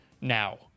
now